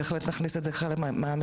בהחלט, נכניס את זה בחלק מהמכסה.